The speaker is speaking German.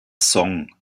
song